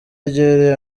yegereye